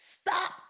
Stop